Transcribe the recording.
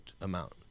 amount